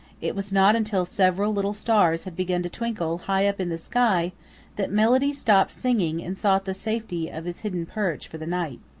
it was not until several little stars had begun to twinkle high up in the sky that melody stopped singing and sought the safety of his hidden perch for the night.